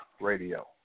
Radio